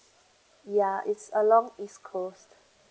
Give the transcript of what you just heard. ya it's along east coast